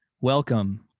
welcome